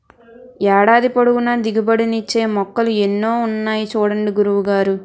ఏడాది పొడుగునా దిగుబడి నిచ్చే మొక్కలు ఎన్నో ఉన్నాయి చూడండి గురువు గారు